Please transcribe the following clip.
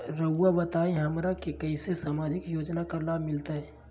रहुआ बताइए हमरा के कैसे सामाजिक योजना का लाभ मिलते?